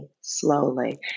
slowly